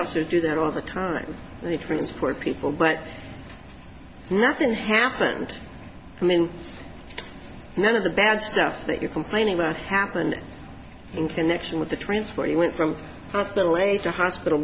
officers do that all the time we transport people but nothing happened i mean none of the bad stuff that you complaining about happened in connection with the transfer he went from hospital a to hospital